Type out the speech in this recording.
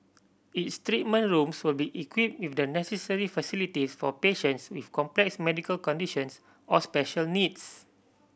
its treatment rooms will be equipped with the necessary facilities for patients with complex medical conditions or special needs